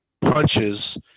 punches